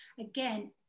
again